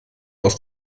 aus